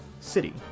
City